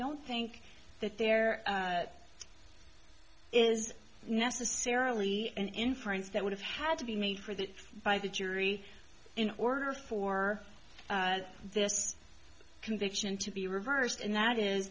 don't think that there is necessarily an inference that would have had to be made for the by the jury in order for this conviction to be reversed and that is